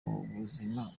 buzima